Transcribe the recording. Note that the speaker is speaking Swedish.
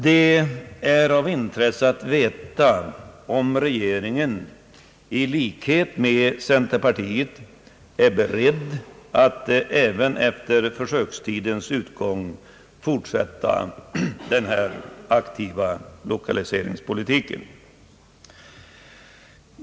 Det är av intresse att veta om regeringen, i likhet med centerpartiet, är beredd att även efter försökstidens utgång fortsätta denna aktiva lokaliseringspolitik.